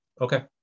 okay